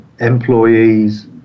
employees